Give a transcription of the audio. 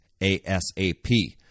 asap